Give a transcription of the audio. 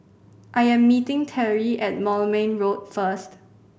I am meeting Terry at Moulmein Road first